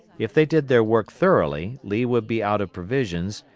if they did their work thoroughly, lee would be out of provisions,